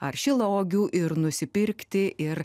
ar šilauogių ir nusipirkti ir